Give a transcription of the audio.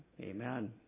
Amen